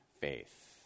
faith